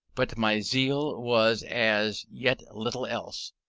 but my zeal was as yet little else,